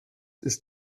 ist